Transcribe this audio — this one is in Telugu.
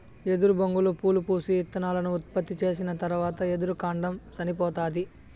ఎదురు బొంగులు పూలు పూసి, ఇత్తనాలను ఉత్పత్తి చేసిన తరవాత ఎదురు కాండం సనిపోతాది